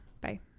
bye